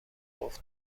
خوف